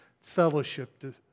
fellowship